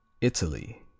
Italy